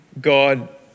God